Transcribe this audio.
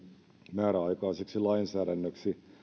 määräaikaiseksi lainsäädännöksi